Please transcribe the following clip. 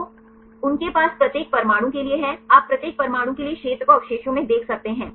तो उनके पास प्रत्येक परमाणु के लिए है आप प्रत्येक परमाणु के लिए क्षेत्र को अवशेषों में देख सकते हैं